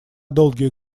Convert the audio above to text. долгие